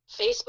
Facebook